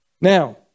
Now